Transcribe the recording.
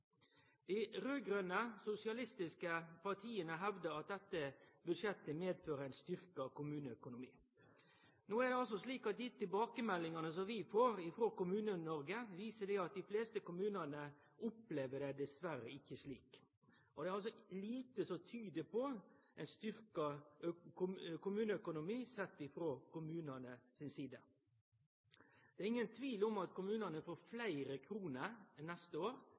Dei raud-grøne, sosialistiske partia hevdar at dette budsjettet medfører ein styrkt kommuneøkonomi. No er det slik at dei tilbakemeldingane som vi får frå Kommune-Noreg, viser at ein i dei fleste kommunane dessverre ikkje opplever det slik. Det er lite som tyder på ein styrkt kommuneøkonomi sett frå kommunane si side. Det er ingen tvil om at kommunane får fleire kroner til neste år